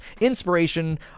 inspiration